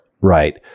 Right